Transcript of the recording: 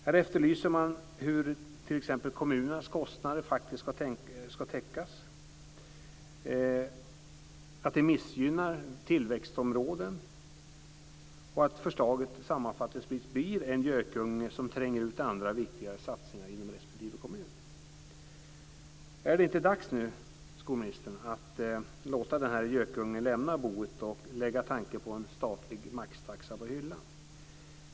Där efterlyser man t.ex. hur kommunernas kostnader faktiskt ska täckas. Det sägs vidare att det här missgynnar tillväxtområden och att förslaget sammanfattningsvis blir en gökunge som tränger ut andra, viktigare satsningar inom respektive kommun. Är det inte dags nu, skolministern, att låta den här gökungen lämna boet och lägga tanken på en statlig maxtaxa på hyllan?